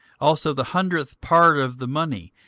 also the hundredth part of the money,